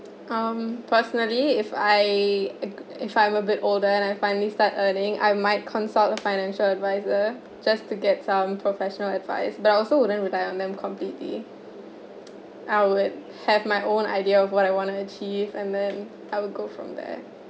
um personally if I if I'm a bit older and I finally start earning I might consult a financial advisor just to get some professional advice but I also wouldn't rely on them completely I would have my own idea of what I want to achieve and then I will go from there